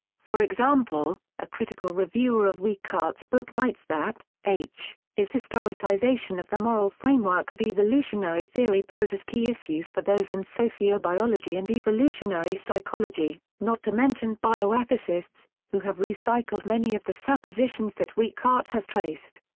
for example, a critical reviewer of weikart's book writes that h is historicization of the moral framework of evolutionary theory poses key issues for those in sociobiology and evolutionary psychology, not to mention bioethicists, who have recycled many of the suppositions that weikart has traced.